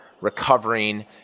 recovering